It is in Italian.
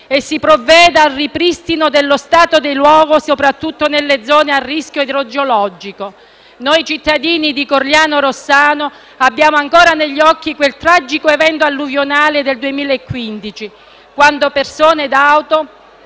e si provveda al ripristino dello stato dei luoghi, soprattutto nelle zone a rischio idrogeologico. Noi cittadini di Corigliano Rossano abbiamo ancora negli occhi il tragico evento alluvionale del 2015, quando persone e auto